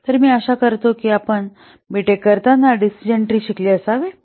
तर मी आशा करतो की आपण बी टेक करताना डिसिजन ट्री शिकले असावे